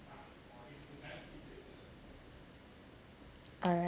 alright